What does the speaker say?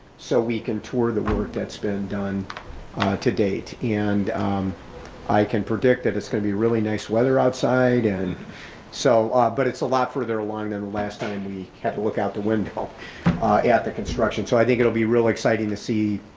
so we can tour the work that's been done to date and i can predict that as gonna be really nice weather outside. and so, but it's a lot further along than last time, we had to look out the window at the construction. so i think it'll be really exciting to see,